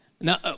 Now